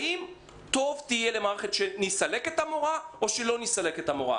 האם טוב יהיה למערכת שנסלק את המורה או שלא נסלק את המורה.